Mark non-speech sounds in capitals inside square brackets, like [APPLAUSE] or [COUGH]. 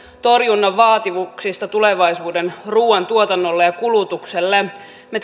torjunnan vaatimuksista tulevaisuuden ruuantuotannolle ja kulutukselle me [UNINTELLIGIBLE]